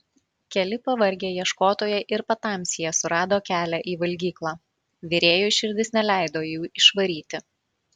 keli pavargę ieškotojai ir patamsyje surado kelią į valgyklą virėjui širdis neleido jų išvaryti